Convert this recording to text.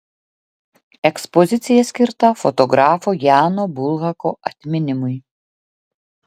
ekspozicija skirta fotografo jano bulhako atminimui